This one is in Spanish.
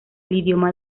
idioma